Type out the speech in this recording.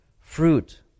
fruit